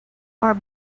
are